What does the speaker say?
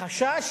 החשש: